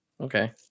Okay